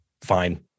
fine